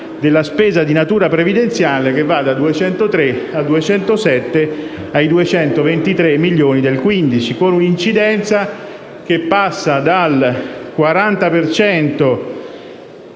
della spesa di natura previdenziale, che va da 203, a 207, a 223 milioni nel 2015, con un'incidenza che passa dal 40 per cento